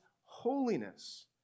holiness